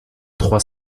trois